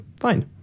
fine